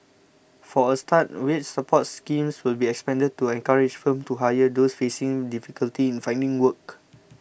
for a start wage support schemes will be expanded to encourage firms to hire those facing difficulty in finding work